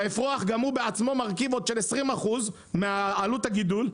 שהאפרוח גם הוא בעצמו מרכיב עוד 20% מעלות הגידול,